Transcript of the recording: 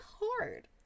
hard